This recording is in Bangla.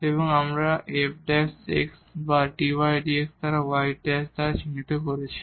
এবং আমরা এটি f বা dy dx বা y দ্বারা চিহ্নিত করেছি